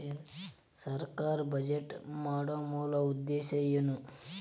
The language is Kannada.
ಸರ್ಕಾರ್ ಬಜೆಟ್ ಮಾಡೊ ಮೂಲ ಉದ್ದೇಶ್ ಏನು?